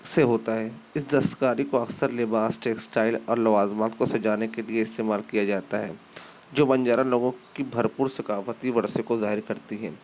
سے ہوتا ہے اس دستکاری کو اکثر لباس ٹیکسٹائل اور لوازمات کو سجانے کے لیے استعمال کیا جاتا ہے جو بنجارا لوگوں کی بھرپور ثقافتی ورثے کو ظاہر کرتی ہے